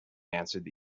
answered